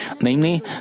Namely